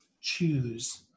Choose